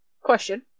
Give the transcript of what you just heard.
Question